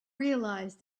realised